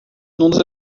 nos